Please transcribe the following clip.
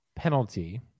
penalty